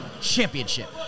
Championship